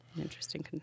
interesting